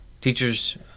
Teachers